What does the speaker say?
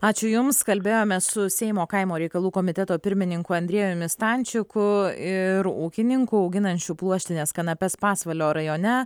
ačiū jums kalbėjome su seimo kaimo reikalų komiteto pirmininku andriejumi stančiku ir ūkininkų auginančių pluoštines kanapes pasvalio rajone